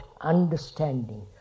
understanding